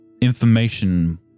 information